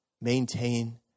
maintain